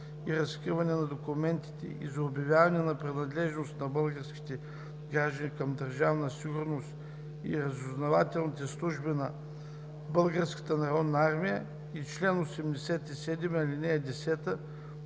и разкриване на документите и за обявяване на принадлежност на български граждани към Държавна сигурност и разузнавателните служби на Българската народна армия и чл. 87, ал. 10